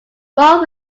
more